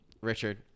Richard